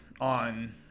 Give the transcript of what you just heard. on